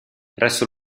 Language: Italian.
presso